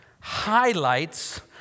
highlights